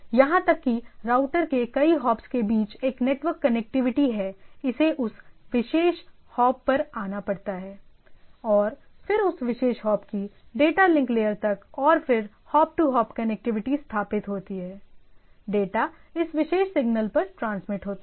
यहां तक कि राउटर के कई हॉप्स के बीच एक नेटवर्क कनेक्टिविटी है इसे उस विशेष हॉप पर आना पड़ता है और फिर उस विशेष हॉप की डेटा लिंक लेयर तक और फिर होप टू होप कनेक्टिविटी स्थापित होती है डेटा इस विशेष सिग्नल पर ट्रांसमिट होता है